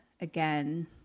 again